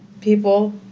people